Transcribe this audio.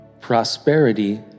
Prosperity